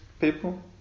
people